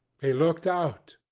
he looked out.